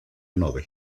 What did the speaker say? nobel